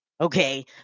Okay